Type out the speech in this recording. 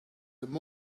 them